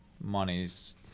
Money's